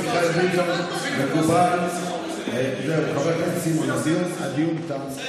חבר הכנסת סימון, הדיון תם.